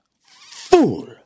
fool